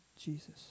Jesus